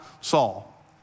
Saul